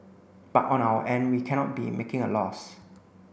but on our end we cannot be making a loss